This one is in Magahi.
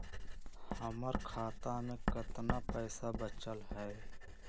हमर खाता में केतना पैसा बचल हई?